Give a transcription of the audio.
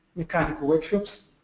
mechanical workshops,